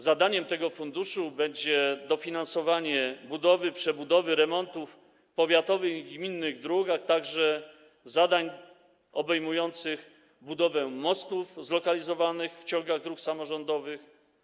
Zadaniem tego funduszu będzie dofinansowanie budowy, przebudowy i remontów powiatowych i gminnych dróg, a także zadań obejmujących budowę mostów zlokalizowanych w ciągach dróg samorządowych.